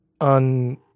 on